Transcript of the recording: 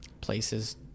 places